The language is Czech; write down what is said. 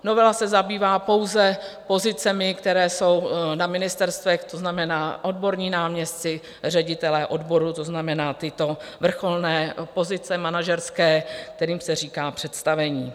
Novela se zabývá pouze pozicemi, které jsou na ministerstvech, to znamená odborní náměstci, ředitelé odborů, to znamená tyto vrcholné pozice manažerské, kterým se říká představení.